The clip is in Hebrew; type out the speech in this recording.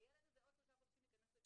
הילד הזה עוד שלושה חודשים יכנס לטיפול.